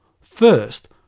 First